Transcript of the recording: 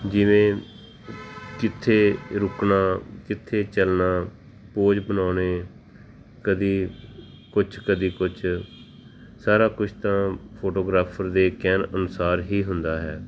ਜਿਵੇਂ ਕਿੱਥੇ ਰੁਕਣਾ ਕਿੱਥੇ ਚੱਲਣਾ ਪੋਜ ਬਣਾਉਣੇ ਕਦੀ ਕੁਛ ਕਦੀ ਕੁਛ ਸਾਰਾ ਕੁਛ ਤਾਂ ਫੋਟੋਗ੍ਰਾਫ਼ਰ ਦੇ ਕਹਿਣ ਅਨੁਸਾਰ ਹੀ ਹੁੰਦਾ ਹੈ